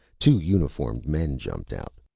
two uniformed men jumped out.